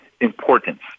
importance